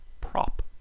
prop